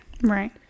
Right